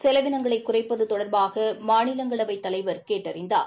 செலவினங்களை குறைப்பது தொடர்பாக மாநிலங்களவை தலைவர் கேட்டறிந்தார்